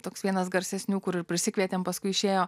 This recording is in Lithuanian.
toks vienas garsesnių kur ir prisikvietėm paskui išėjo